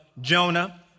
Jonah